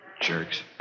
Jerks